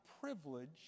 privilege